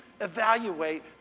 evaluate